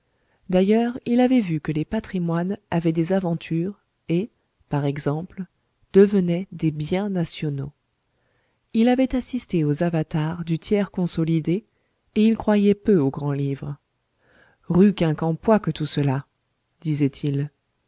d'ailleurs il avait vu que les patrimoines avaient des aventures et par exemple devenaient des biens nationaux il avait assisté aux avatars du tiers consolidé et il croyait peu au grand-livre rue quincampoix que tout cela disait-il